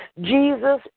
Jesus